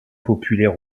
populaire